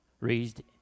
raised